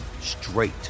straight